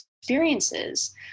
experiences